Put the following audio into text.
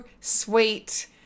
sweet